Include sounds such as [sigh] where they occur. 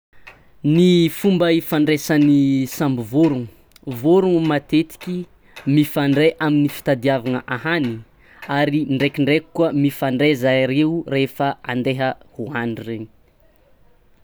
[noise] Ny [hesitation] fomba ifandraisan'ny [hesitation] samby vôrogno: vôrogno matetiky mifandray fitadiavagna ahanigny, [noise] ary ndraikindraiky koa mifandray zahay-reo rehaifa andaiha hohandry regny.